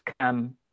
come